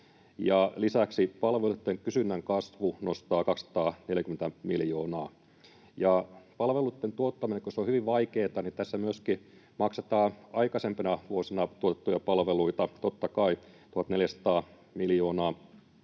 lisäksi palvelujen kysynnän kasvu nostaa 240 miljoonaa. Ja kun palveluiden tuottaminen on hyvin vaikeata, niin tässä myöskin maksetaan aikaisempina vuosina tuotettuja palveluita, totta kai, 1 400 miljoonaa.